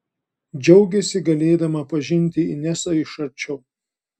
džiaugėsi galėdama pažinti inesą iš arčiau